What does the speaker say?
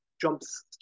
jumps